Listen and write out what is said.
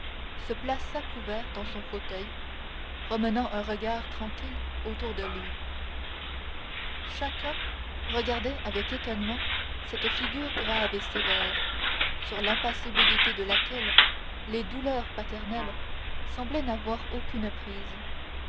se plaça couvert dans son fauteuil promenant un regard tranquille autour de lui chacun regardait avec étonnement cette figure grave et sévère sur l'impassibilité de laquelle les douleurs paternelles semblaient n'avoir aucune prise